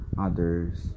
others